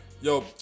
Yo